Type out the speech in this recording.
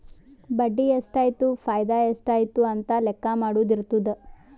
ಬಡ್ಡಿ ಎಷ್ಟ್ ಆಯ್ತು ಫೈದಾ ಎಷ್ಟ್ ಆಯ್ತು ಅಂತ ಲೆಕ್ಕಾ ಮಾಡದು ಇರ್ತುದ್